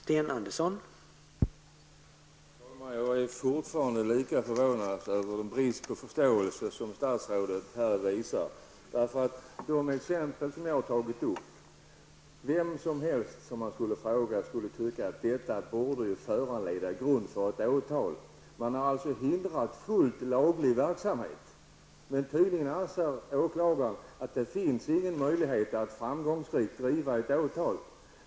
Herr talman! Jag är fortfarande litet förvånad över den brist på förståelse som statsrådet här visar. De exempel som jag har tagit upp är av det slaget att vem som helst som man skulle fråga skulle tycka att detta borde utgöra grund för ett åtal. Man har alltså hindrat fullt laglig verksamhet. Men tydligen anser åklagaren att det inte finns någon möjlighet att framgångsrikt driva ett åtal.